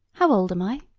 how old am i